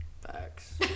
Facts